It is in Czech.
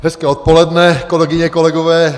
Hezké odpoledne, kolegyně, kolegové.